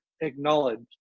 acknowledged